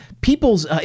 people's